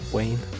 Wayne